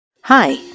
Hi